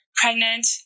pregnant